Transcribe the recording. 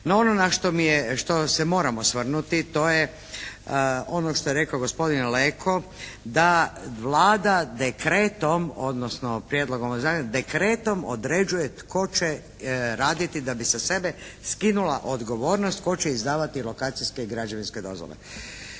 No ono na što se moram osvrnuti to je ono što je rekao gospodin Leko da Vlada dekretom određuje tko će raditi da bi sa sebe skinula odgovornost tko će izdavati lokacijske i građevinske dozvole.